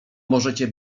możecie